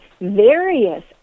various